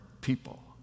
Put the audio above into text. people